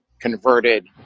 converted